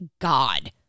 god